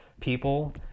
people